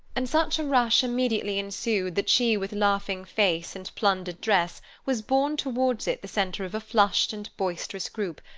and such a rush immediately ensued that she with laughing face and plundered dress was borne towards it the centre of a flushed and boisterous group,